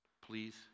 Please